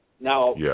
Now